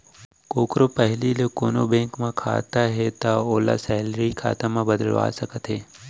कोकरो पहिली ले कोनों बेंक म खाता हे तौ ओला सेलरी खाता म बदलवा सकत हे